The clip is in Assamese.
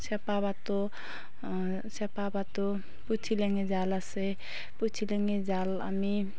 চেপা পাতোঁ চেপা পাতোঁ পুঠি লেঙি জাল আছে পুঠি লেঙি জাল আমি